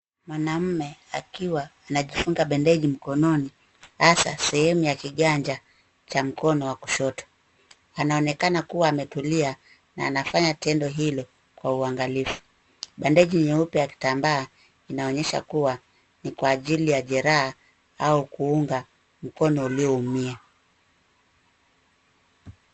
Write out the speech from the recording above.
Mwanaume akiwa anajifunga bandeji mkononi, hasa sehemu ya kiganja cha mkono wa kushoto. Anaonekana kuwa ametulia na anafanya tendo hilo kwa uangalifu. Bandeji nyeupe ya kitambaa inaonyesha kuwa ni kwa ajili ya jeraha au kuunga mkono ulioumia.